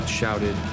shouted